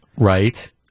Right